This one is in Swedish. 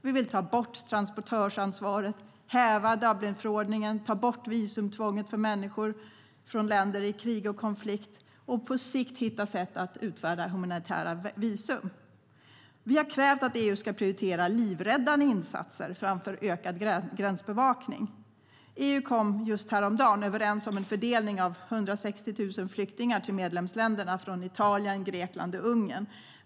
Vi vill ta bort transportörsansvaret, häva Dublinförordningen, ta bort visumtvånget för människor från länder i krig och konflikt och på sikt hitta sätt att utfärda humanitära visum. Vi har krävt att EU ska prioritera livräddande insatser framför ökad gränsbevakning. EU kom häromdagen överens om en fördelning av 160 000 flyktingar till medlemsländerna från Italien, Grekland och Ungern.